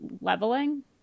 leveling